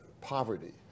poverty